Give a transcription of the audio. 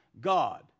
God